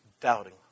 Doubting